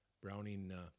Browning